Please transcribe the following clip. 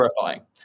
terrifying